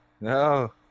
No